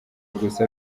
gusa